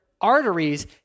arteries